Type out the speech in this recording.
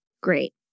Great